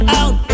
out